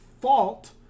fault